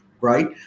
right